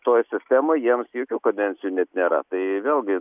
toj sistemoj jiems jokių kadencijų net nėra tai vėlgi